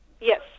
Yes